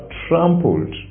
trampled